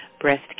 Breast